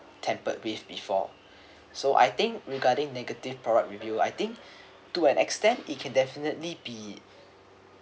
tampered with before so I think regarding negative product review I think to an extent it can definitely be